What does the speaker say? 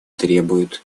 требует